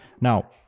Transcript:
Now